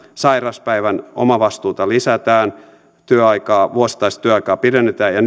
sairauspäivän omavastuuta lisätään vuosittaista työaikaa pidennetään ja